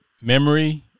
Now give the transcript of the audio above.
memory